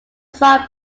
song